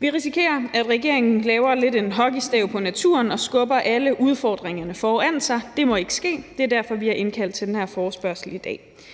Vi risikerer, at regeringen i forhold til naturen laver lidt af en hockeystav, og at den skubber alle udfordringerne foran sig. Det må ikke ske, og det er derfor, vi har indkaldt til den her forespørgsel i dag.